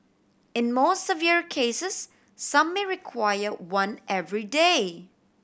in more severe cases some may require one every day